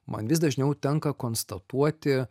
man vis dažniau tenka konstatuoti